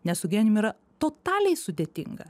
nes su genijum yra totaliai sudėtinga